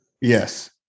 Yes